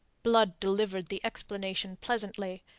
blood delivered the explanation pleasantly,